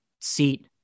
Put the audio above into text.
seat